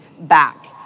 back